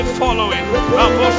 following